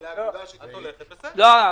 לא.